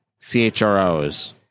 CHROs